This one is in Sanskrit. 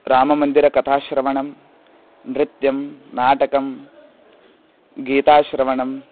राममन्दिरकथाश्रवणं नृत्यं नाटकं गीताश्रवणं